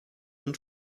und